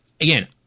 again